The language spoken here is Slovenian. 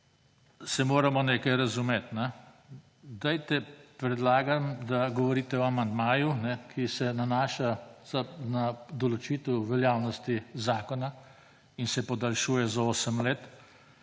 se moramo nekaj razumeti. Predlagam, da govorite o amandmaju, ki se nanaša na določitev veljavnosti zakona in se podaljšuje za 8 let.